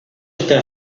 está